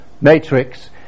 matrix